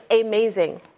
amazing